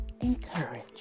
encourage